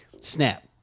snap